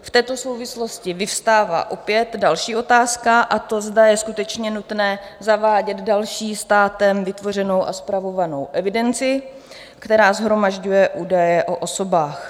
V této souvislosti vyvstává opět další otázka, a to, zda je skutečně nutné zavádět další státem vytvořenou a spravovanou evidenci, která shromažďuje údaje o osobách.